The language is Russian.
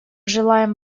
желаем